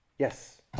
Yes